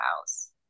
house